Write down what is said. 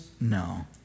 No